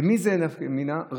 למי זה נפקא מינה?